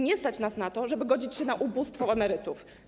Nie stać nas na to, żeby godzić się na ubóstwo emerytów.